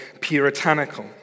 puritanical